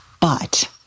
But-